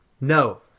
No